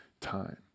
time